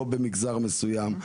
לא במגזר מסוים,